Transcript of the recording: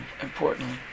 importantly